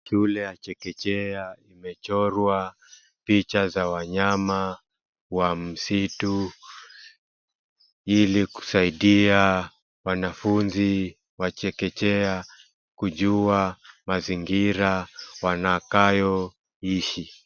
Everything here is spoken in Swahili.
Shule ya chekechea imechorwa picha za wanyama wa msitu ili kusaidia wanafunzi wa chekechea kujua mazingira wanakayoishi.